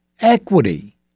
equity